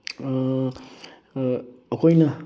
ꯑꯩꯈꯣꯏꯅ